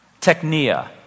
technia